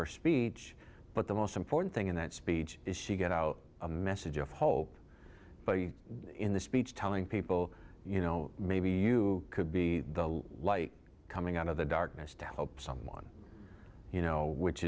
her speech but the most important thing in that speech is she got out a message of hope but in the speech telling people you know maybe you could be the light coming out of the darkness to help someone you know which